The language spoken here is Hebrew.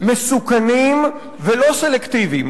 מסוכנים ולא סלקטיביים.